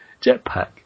jetpack